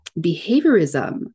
behaviorism